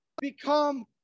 become